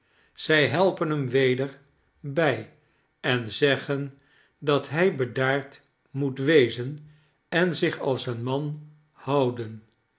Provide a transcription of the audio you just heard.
zij helpen hem weder bij en zeggen dat hij bedaard moet wezen en zich als een man houden